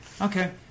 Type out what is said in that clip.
Okay